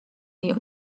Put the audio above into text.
nii